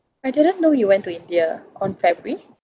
I didn't know you went to india on february